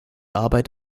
arbeit